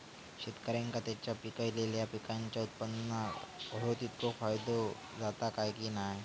शेतकऱ्यांका त्यांचा पिकयलेल्या पीकांच्या उत्पन्नार होयो तितको फायदो जाता काय की नाय?